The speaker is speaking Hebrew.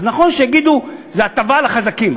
אז נכון שיגידו: זו הטבה לחזקים.